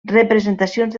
representacions